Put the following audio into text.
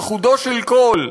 על חודו של קול,